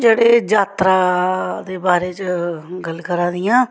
जेह्ड़े जात्तरा दे बारे च गल्ल करा दी हां